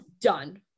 Done